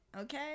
Okay